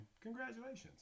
congratulations